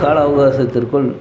கால அவகாசத்திற்குள்